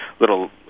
little